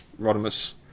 Rodimus